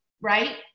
right